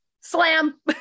Slam